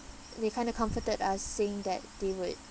they kind of comforted us saying that they would